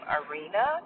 arena